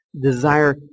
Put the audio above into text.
desire